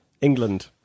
England